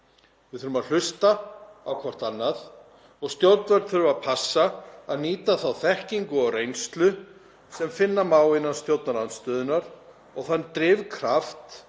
Við þurfum að hlusta á hvert annað og stjórnvöld þurfa að passa að nýta þá þekkingu og reynslu sem finna má innan stjórnarandstöðunnar og þann drifkraft